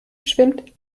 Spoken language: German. schwimmt